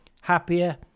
happier